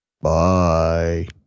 Bye